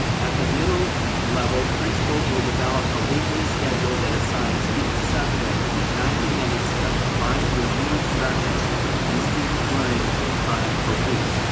at the middle level, principals will develop a weekly schedule that assigns each subject ninety minutes of combined review instruction and student learning time per week,